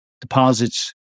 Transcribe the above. deposits